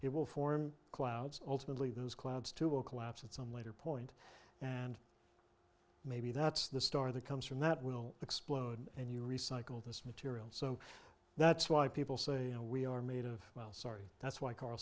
it will form clouds ultimately those clouds too will collapse at some later point and maybe that's the star that comes from that will explode and you recycle this material so that's why people say we are made of well sorry that's why carl